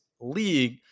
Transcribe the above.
league